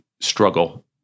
struggle